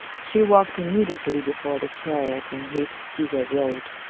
she walked immediately before the chariot in which caesar rode.